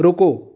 ਰੁਕੋ